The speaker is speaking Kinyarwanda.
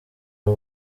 ubu